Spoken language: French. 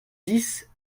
dix